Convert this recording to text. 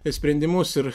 sprendimus ir